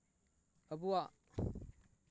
ᱟᱵᱚᱣᱟᱜ